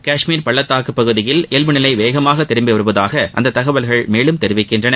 காஷ்மீர் பள்ளத்தாக்குப் பகுதியில் இயல்பு நிலை வேகமாக திரும்பி வருவதாக அந்த தகவல்கள் மேலும் தெரிவிக்கின்றன